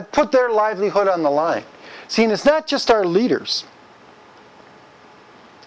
put their livelihood on the line seen it's not just our leaders